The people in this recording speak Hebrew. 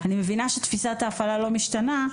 אני מבינה שתפיסת ההפעלה לא משתנה.